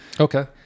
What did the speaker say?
Okay